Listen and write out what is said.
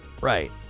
right